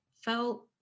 felt